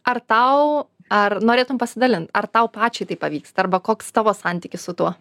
ar tau ar norėtum pasidalint ar tau pačiai tai pavyksta arba koks tavo santykis su tuo